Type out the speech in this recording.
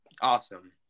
awesome